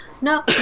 no